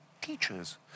teachers